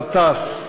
רטאס.